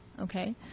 okay